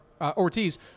Ortiz